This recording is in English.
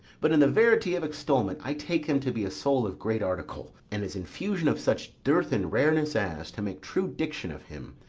but, in the verity of extolment, i take him to be a soul of great article, and his infusion of such dearth and rareness as, to make true diction of him,